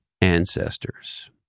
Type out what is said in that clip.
ancestors